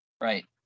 Right